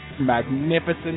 Magnificent